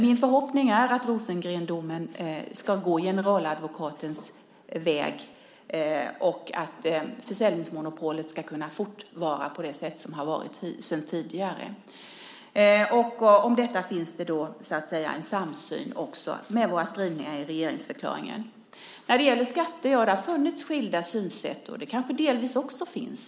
Min förhoppning är att Rosengrendomen ska gå generaladvokatens väg och att försäljningsmonopolet ska kunna fortvara på det sätt som har varit sedan tidigare. Om detta finns det en samsyn med våra skrivningar i regeringsförklaringen. När det gäller skatter har det funnits skilda synsätt, och det kanske delvis också finns.